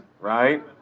right